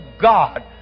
God